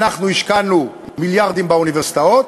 אנחנו השקענו מיליארדים באוניברסיטאות,